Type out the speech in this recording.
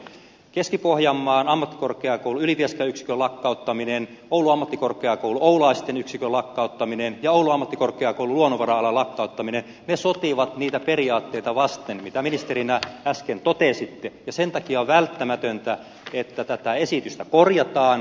keski pohjanmaan ammattikorkeakoulun ylivieskan yksikön lakkauttaminen oulun ammattikorkeakoulun oulaisten yksikön lakkauttaminen ja oulun ammattikorkeakoulun luonnonvara alan lakkauttaminen sotivat niitä periaatteita vasten mitä ministerinä äsken totesitte ja sen takia on välttämätöntä että tätä esitystä korjataan